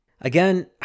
Again